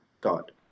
God